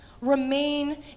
Remain